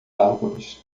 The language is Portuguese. árvores